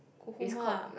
go home ah